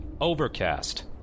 Overcast